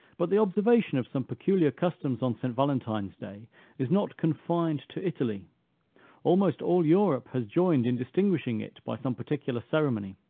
but the observation of some peculiar customs on st. valentine's day is not confined to italy almost all europe has joined in distinguishing it by some particular ceremony.